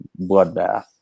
bloodbath